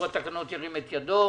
איפה התקנות?